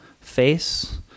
face